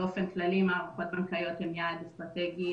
מערכות בנקאיות הם יעד אסטרטגי,